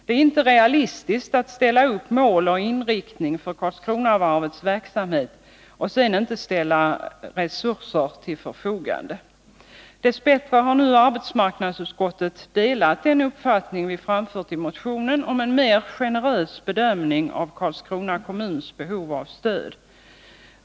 Det är inte realistiskt att bestämma mål och inriktning för Karlskronavarvets verksamhet och sedan inte ställa resurser till förfogande. Dess bättre delar nu arbetsmarknadsutskottet den uppfattning som vi har framfört i motionen om en mer generös bedömning av Karlskrona kommuns behov av stöd.